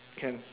can